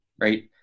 right